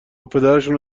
پدرشونو